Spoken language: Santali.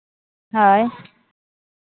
ᱦᱳᱭ